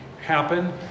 happen